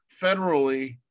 federally